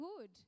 good